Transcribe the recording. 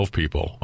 people